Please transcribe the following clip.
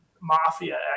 mafia